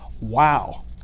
Wow